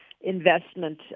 investment